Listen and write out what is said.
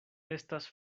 estas